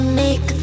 make